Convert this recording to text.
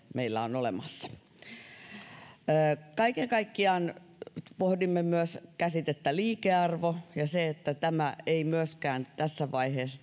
meillä olemassa kaiken kaikkiaan pohdimme myös käsitettä liikearvo ja sitä että tähän maastapoistumisveroon ei tässä vaiheessa